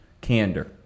candor